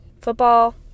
football